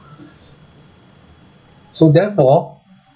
so therefore